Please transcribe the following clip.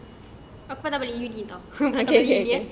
aku patah bagi read in [tau]